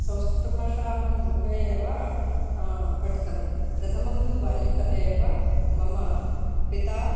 संस्कृतभाषाहं गृहे एव पठितं प्रथमं तु बाल्यकाले एव मम पिता